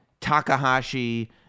Takahashi